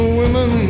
women